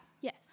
Yes